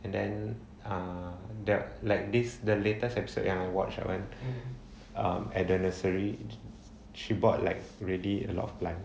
and then err the like this the latest episode I watch when I went at the nursery she bought like really a lot of plant